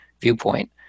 viewpoint